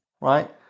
right